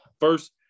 first